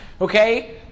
Okay